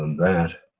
um that,